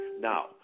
Now